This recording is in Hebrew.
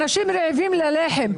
אנשים רעבים ללחם.